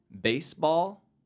baseball